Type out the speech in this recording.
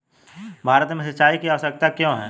भारत में सिंचाई की आवश्यकता क्यों है?